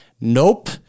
Nope